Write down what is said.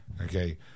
Okay